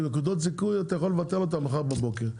נקודות זיכוי, אתה יכול לבטל אותן מחר בבוקר.